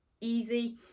easy